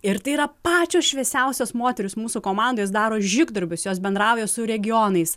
ir tai yra pačios šviesiausios moterys mūsų komandoj jos daro žygdarbius jos bendrauja su regionais